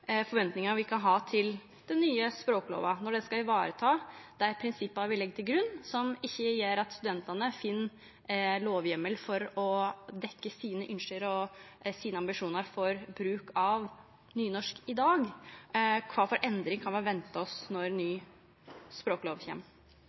forventningar vi kan ha til den nye språklova, som skal ta vare på dei prinsippa vi legg til grunn, og som gjer at studentane finn lovheimel for å få dekt sine ønske og ambisjonar for bruk av nynorsk i dag. Kva for endringar kan vi venta oss når